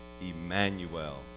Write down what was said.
Emmanuel